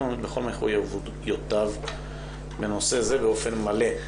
עומד בכל מחויבויותיו בנושא זה באופן מלא".